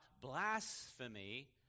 blasphemy